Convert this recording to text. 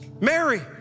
Mary